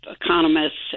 economists